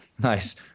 Nice